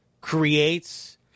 creates